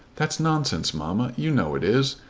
that's nonsense, mamma. you know it is.